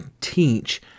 teach